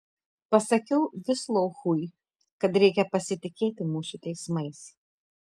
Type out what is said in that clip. pasakiau vislouchui kad reikia pasitikėti mūsų teismais